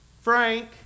Frank